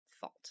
fault